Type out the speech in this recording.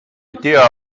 tea